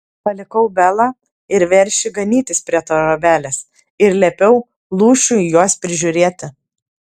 palikau belą ir veršį ganytis prie trobelės ir liepiau lūšiui juos prižiūrėti